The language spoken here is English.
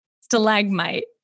stalagmite